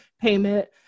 payment